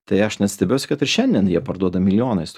tai aš net stebiuosi kad ir šiandien jie parduodada milijonais